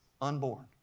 unborn